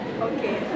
Okay